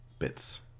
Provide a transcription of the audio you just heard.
Bits